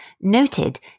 noted